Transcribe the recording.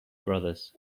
brothers